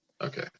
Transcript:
Okay